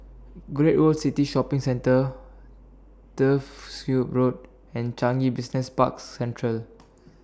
Great World City Shopping Center Turfs Ciub Road and Changi Business Park Central